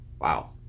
Wow